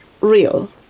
real